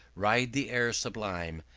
ride the air sublime,